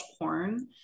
porn